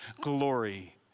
glory